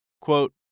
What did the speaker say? quote